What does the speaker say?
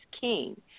king